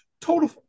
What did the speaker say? Total